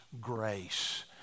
grace